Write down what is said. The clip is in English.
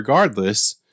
regardless